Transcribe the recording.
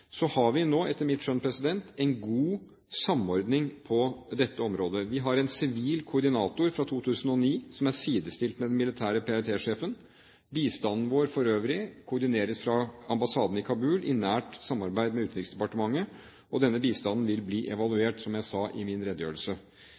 Så har vi nå etter mitt skjønn en god samordning på dette området. Vi har en sivil koordinator fra 2009, som er sidestilt med den militære PRT-sjefen. Bistanden vår for øvrig koordineres fra ambassaden i Kabul, i nært samarbeid med Utenriksdepartementet. Denne bistanden vil bli